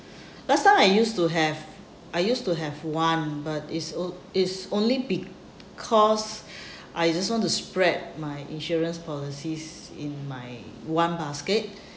last time I used to have I used to have one but it's o~ it's only because I just want to spread my insurance policies in my one basket